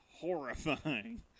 horrifying